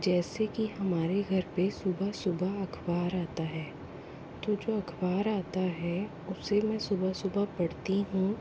जैसे की हमारे घर पे सुबह सुबह अखबार आता है तो जो अखबार आता है उसे मैं सुबह सुबह पढ़ती हूँ